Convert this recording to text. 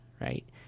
right